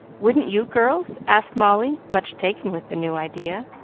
wouldn't you, girls? asked molly, much taken with the new idea.